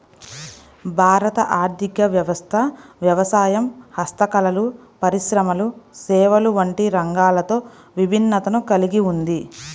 భారత ఆర్ధిక వ్యవస్థ వ్యవసాయం, హస్తకళలు, పరిశ్రమలు, సేవలు వంటి రంగాలతో విభిన్నతను కల్గి ఉంది